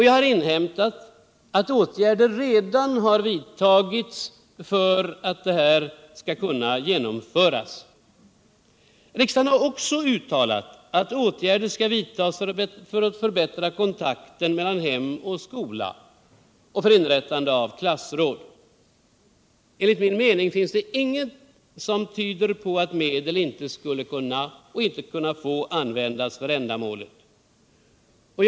Jag har inhämtat utt åtgärder redan har vidtagits för att detta skall kunna genomföras. Riksdagen har också uttalat att åtgärder skall vidtas för att förbättra kontakten mellan hem och skola och för inrättande av klassråd. Enligt min mening finns det ingenting som tyder på att medel inte skulle få användas för dessa ändamål.